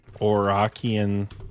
Orakian